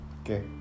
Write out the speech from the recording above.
Okay